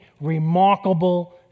remarkable